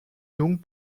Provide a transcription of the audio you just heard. donc